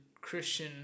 Christian